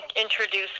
Introduce